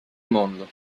mondo